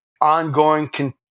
ongoing